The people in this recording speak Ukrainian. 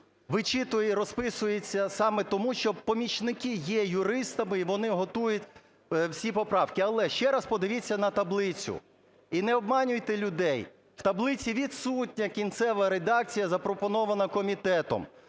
вичитує, розписується саме тому, що помічники є юристами, і вони готують всі поправки. Але, ще раз подивіться на таблицю і не обманюйте людей, в таблиці відсутня кінцева редакція, запропонована комітетом.